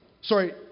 Sorry